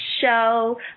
show